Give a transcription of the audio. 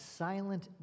silent